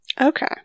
Okay